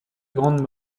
grande